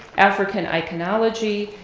african iconology,